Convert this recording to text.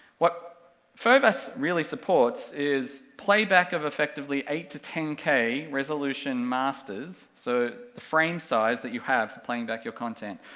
what fovas really supports is playback of effectively eight to ten k resolution masters, so, the frame size that you have for playing back your content,